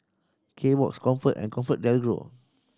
Kbox Comfort and ComfortDelGro